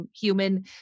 human